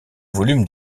volumes